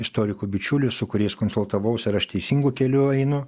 istorikų bičiulių su kuriais konsultavausi ar aš teisingu keliu einu